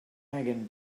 megan